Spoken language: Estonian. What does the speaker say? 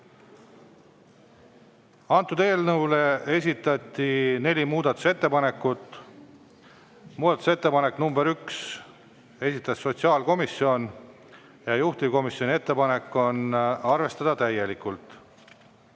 Antud eelnõu kohta esitati neli muudatusettepanekut. Muudatusettepanek nr 1 – selle esitas sotsiaalkomisjon ja juhtivkomisjoni ettepanek on arvestada seda täielikult.